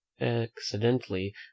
accidentally